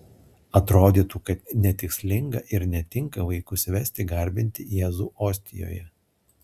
atrodytų kad netikslinga ir netinka vaikus vesti garbinti jėzų ostijoje